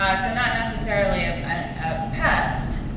ah so not necessarily a pest,